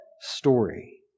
story